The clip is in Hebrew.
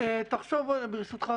תחשוב ברשותך,